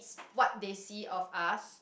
what they see of us